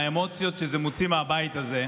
האמוציות שזה מוציא מהבית הזה,